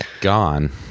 gone